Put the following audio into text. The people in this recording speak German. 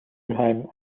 mülheim